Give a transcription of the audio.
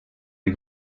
les